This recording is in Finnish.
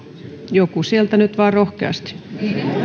joku sieltä nyt vain rohkeasti